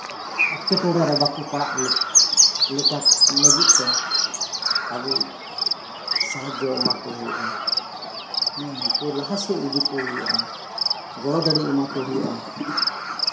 ᱮᱸᱴᱠᱮᱴᱚᱲᱮ ᱨᱮ ᱵᱟᱠᱚ ᱯᱟᱲᱟᱜ ᱞᱟᱹᱜᱤᱫ ᱛᱮ ᱟᱵᱚ ᱥᱟᱦᱟᱡᱡᱚ ᱮᱢᱟ ᱠᱚ ᱦᱩᱭᱩᱜᱼᱟ ᱛᱟᱵᱳᱱᱟ ᱦᱮᱸ ᱩᱱ ᱠᱩ ᱞᱟᱦᱟᱥᱮᱫ ᱤᱫᱤ ᱠᱚ ᱦᱩᱭᱩᱜᱼᱟ ᱜᱚᱲᱚ ᱫᱟᱲᱮ ᱮᱢᱟ ᱠᱚ ᱦᱩᱭᱩᱜᱼᱟ